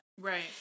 Right